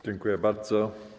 Dziękuję bardzo.